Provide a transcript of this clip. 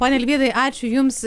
pone arvydai ačiū jums